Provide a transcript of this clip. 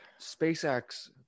spacex